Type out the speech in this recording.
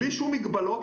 בלי שום מגבלות,